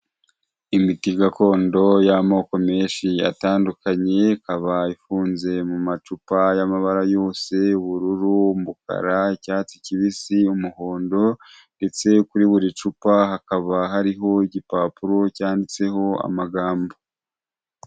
Imiti gakondo y'amoko menshi atandukanye, ikaba ifunze mu macupa y'amabara yose ubururu, umukara, icyatsi kibisi, umuhondo ndetse kuri buri cupa hakaba hariho igipapuro cyanditseho amagambo.